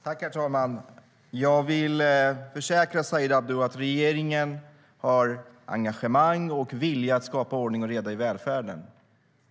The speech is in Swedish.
Herr talman! Jag vill försäkra Said Abdu att regeringen har engagemang och vilja att skapa ordning och reda i välfärden.